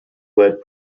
led